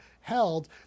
held